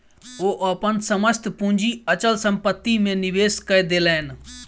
ओ अपन समस्त पूंजी अचल संपत्ति में निवेश कय देलैन